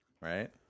right